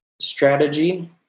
strategy